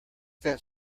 that